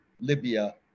Libya